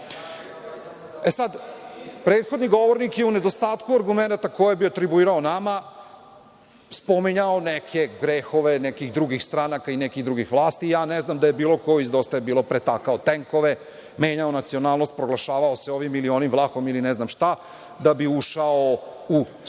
je lepo. Prethodni govornik je u nedostatku argumenata koje bi atribuirao nama spominjao neke grehove nekih drugih stranaka i nekih drugih vlasti. Ja ne znam da je bilo ko iz „Dosta je bilo“ pretakao tenkove, menjao nacionalnost, proglašavao se ovim ili onim, Vlahom ili ne znam šta, da bi ušao u Skupštinu. Što